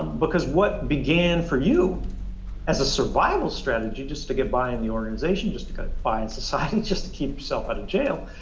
because what began for you as a survival strategy just to get by in the organization, just kind of by in society, just to keep yourself out of jail,